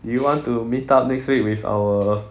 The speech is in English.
do you want to meet up next week with our